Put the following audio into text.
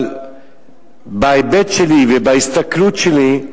אבל בהיבט שלי ובהסתכלות שלי,